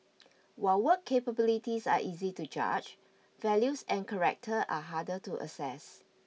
while work capabilities are easy to judge values and character are harder to assess